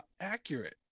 accurate